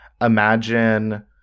Imagine